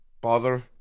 bother